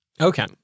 Okay